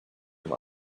from